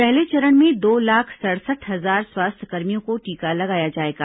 पहले चरण में दो लाख सड़सठ हजार स्वास्थ्य कर्मियों को टीका लगाया जाएगा